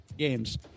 games